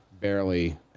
barely